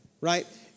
right